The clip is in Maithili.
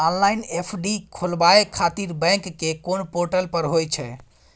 ऑनलाइन एफ.डी खोलाबय खातिर बैंक के कोन पोर्टल पर होए छै?